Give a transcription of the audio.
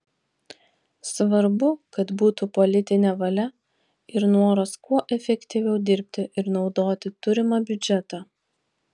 svarbu kad būtų politinė valia ir noras kuo efektyviau dirbti ir naudoti turimą biudžetą